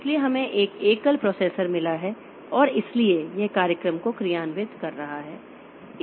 इसलिए हमें एक एकल प्रोसेसर मिला है और इसलिए यह कार्यक्रम को क्रियान्वित कर रहा है